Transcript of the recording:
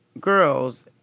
girls